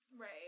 Right